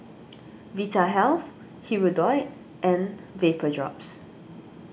Vitahealth Hirudoid and Vapodrops